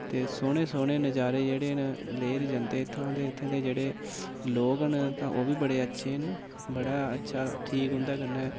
ते सोह्ने सोह्ने नजारे जेह्ड़े न लेई'र जंदे इत्थां ते इत्थें दे लोक न तां ओह् बी बड़े अच्छे न बड़ा अच्छा ठीक उंदे कन्नै